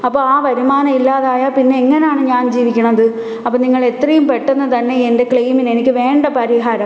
അപ്പോൾ ആ വരുമാനം ഇല്ലാതായാൽപ്പിന്നെ എങ്ങനെയാണ് ഞാൻ ജീവിക്കണത് അപ്പം നിങ്ങൾ എത്രയും പെട്ടെന്ന് തന്നെ എന്റെ ക്ലെയ്മിനെ എനിക്ക് വേണ്ട പരിഹാരം